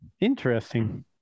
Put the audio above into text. Interesting